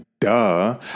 duh